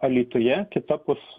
alytuje kitapus